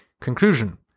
Conclusion